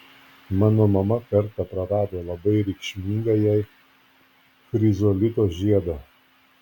mano mama kartą prarado labai reikšmingą jai chrizolito žiedą